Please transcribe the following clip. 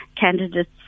candidates